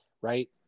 right